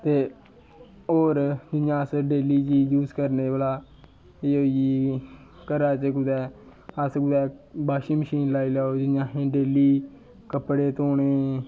ते होर जियां अस डेली चीज़ यूज करने भला एह् होई गेई घरा च भला अस कुदै वाशिंग मशीन लाई लैओ इ'यां असेंगी डेली कपड़े धोने